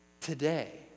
today